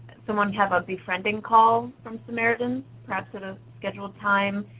someone have a befriending call from samaritans, perhaps at a scheduled time.